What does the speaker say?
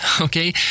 okay